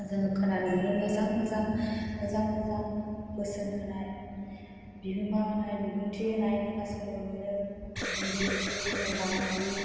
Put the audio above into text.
जों खोनानो मोनो मोजां मोजां मोजां मोजां बोसोन होनाय बिहोमा होनाय बिबुंथि होनाय खोनासंनो मोनो रोंगौथिफोरखौ जों लानो हायो